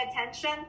attention